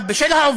עכשיו, בשל העובדה